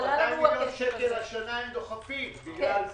200 מיליון שקל בשנה הם דוחפים בגלל זה.